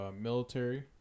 military